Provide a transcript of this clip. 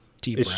Deep